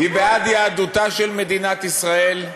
היא בעד יהדותה של מדינת ישראל,